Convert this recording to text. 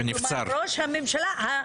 כלומר ראש הממשלה.